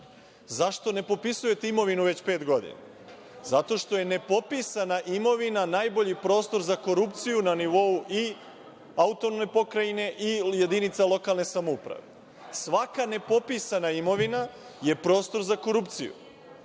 ne popisujete imovinu već pet godina? Zato što je nepopisana imovina najbolji prostor za korupciju na nivou i autonomne pokrajine i jedinica lokalne samouprave. Svaka nepopisana imovina je prostor za korupciju